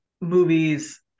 movie's